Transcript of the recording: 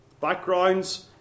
backgrounds